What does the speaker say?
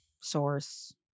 source